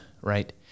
right